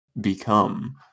become